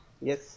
Yes